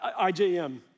IJM